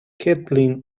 kathleen